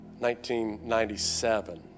1997